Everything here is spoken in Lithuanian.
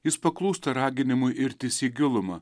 jis paklūsta raginimui irtis į gilumą